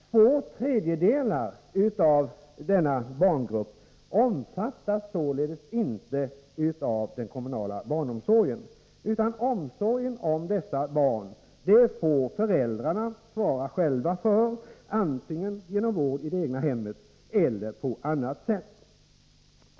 Två tredjedelar av denna barngrupp omfattas således inte av den kommunala barnomsorgen, utan omsorgen om dessa barn får föräldrarna svara själva för, antingen genom vård i det egna hemmet eller på annat sätt.